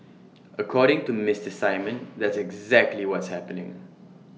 according to Mister simon that's exactly what's happening